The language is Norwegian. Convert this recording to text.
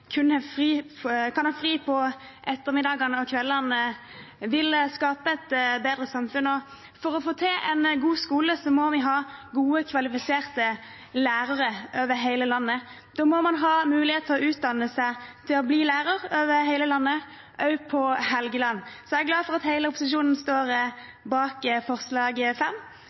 kan ha fri om ettermiddagene og kveldene, vil skape et bedre samfunn. For å få til en god skole må vi ha gode, kvalifiserte lærere over hele landet. Da må man også ha mulighet til å utdanne seg til å bli lærer over hele landet, også på Helgeland. Jeg er glad for at hele opposisjonen står bak forslag